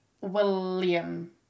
William